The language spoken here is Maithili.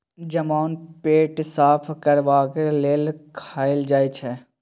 जमैन पेट साफ करबाक लेल खाएल जाई छै